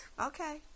Okay